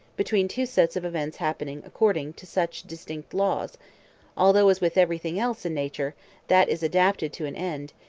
between two sets of events happening according to such distinct laws although, as with everything else in nature that is adapted to an end,